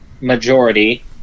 majority